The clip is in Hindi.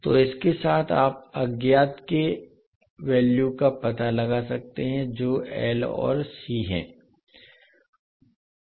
तो इसके साथ आप अज्ञात के वैल्यू का पता लगा सकते हैं जो L और C है